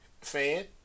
fan